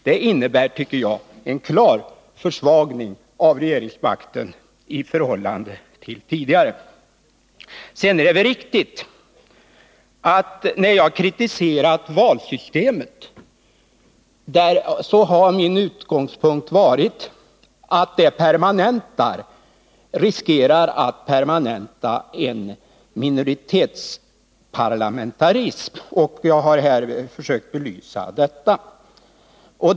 Det innebär, tycker jag, en klar försvagning av regerings Nr 29 makten i förhållande till tidigare. När jag har kritiserat valsystemet har min utgångspunkt varit att det riskerar att permanenta en minoritetsparlamentarism. Jag har här försökt belysa detta.